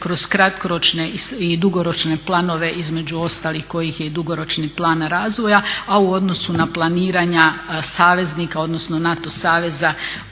kroz kratkoročne i dugoročne planove, između ostalih kojih je i dugoročni plan razvoja a u odnosu na planiranja saveznika, odnosno NATO saveza